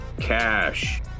cash